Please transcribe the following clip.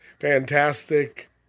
fantastic